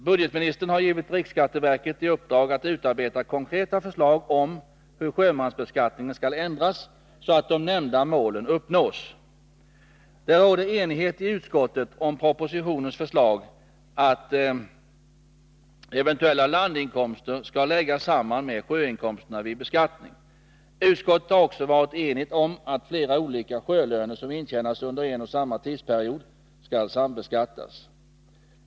Budgetministern har givit riksskatteverket i uppdrag att utarbeta konkreta förslag om hur sjömansbeskattningen skall ändras så att de nämnda målen uppnås. Det råder enighet i utskottet om propositionens förslag att eventuella landinkomster skall läggas samman med sjömansinkomsterna vid beskattning. Utskottet har också varit enigt om att flera olika sjölöner som intjänats under en och samma tidsperiod skall sambeskattas.